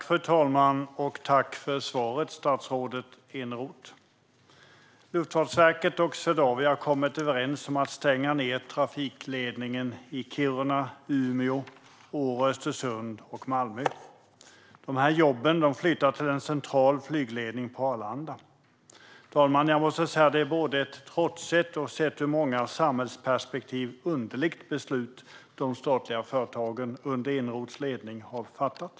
Fru talman! Tack för svaret, statsrådet Eneroth! Luftfartsverket och Swedavia har kommit överens om att stänga ned trafikledningen i Kiruna, Umeå, Åre/Östersund och Malmö. Jobben flyttar till en central flygledning på Arlanda. Fru talman! Jag måste säga att det är ett både trotsigt och ur många samhällsperspektiv underligt beslut som de statliga företagen under Eneroths ledning har fattat.